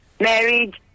married